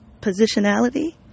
positionality